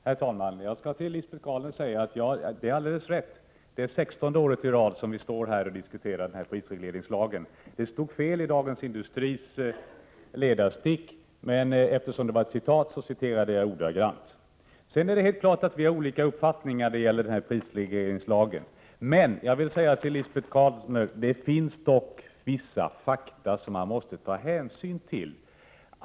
Herr talman! Jag skall till Lisbet Calner säga att det är alldeles rätt; det är sextonde året i rad som vi står här och diskuterar prisregleringslagen. Det stod fel i Dagens Industris ledarstick, men eftersom det var ett citat citerade jag ordagrant. Sedan är det helt enkelt så, att vi har olika uppfattningar när det gäller prisregleringslagen, men, Lisbet Calner, det finns dock vissa fakta som man måste ta hänsyn till.